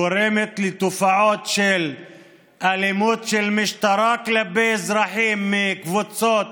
גורם לתופעות של אלימות של משטרה כלפי אזרחים מקבוצות